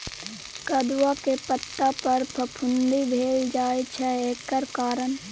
कदुआ के पता पर फफुंदी भेल जाय छै एकर कारण?